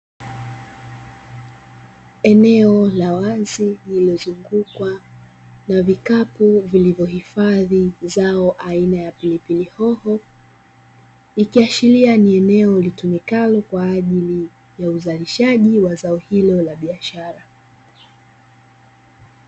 Eneo la wazi limezungukwa na vikapu vilivyo hifadhi zao aina ya pilipili hoho, ikiashiria ni eneo litumikalo kwa ajili ya uzalishaji wa zao hilo la biashara.